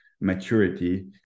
maturity